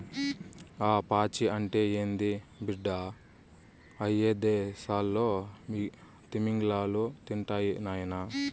ఆ పాచి అంటే ఏంది బిడ్డ, అయ్యదేసాల్లో తిమింగలాలు తింటాయి నాయనా